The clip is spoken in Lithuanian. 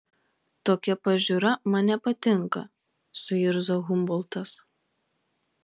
tokia pažiūra man nepatinka suirzo humboltas